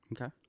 Okay